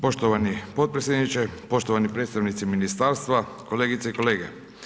Poštovani potpredsjedniče, poštovani predstavnici ministarstva, kolegice i kolege.